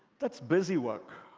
that's busywork,